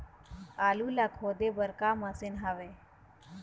आलू ला खोदे बर का मशीन हावे?